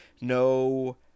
no